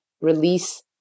release